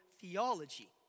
theology